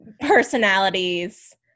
personalities